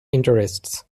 interests